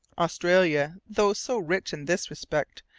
australia, though so rich in this respect,